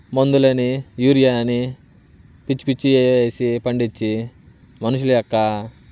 మందులని urea అని పిచ్చిపిచ్చివి వేసి పండిచ్చి మనుషుల యొక్క